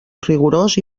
rigorós